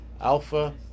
Alpha